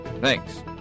Thanks